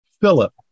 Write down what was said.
Philip